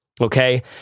okay